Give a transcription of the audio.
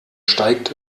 steigt